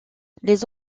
les